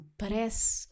parece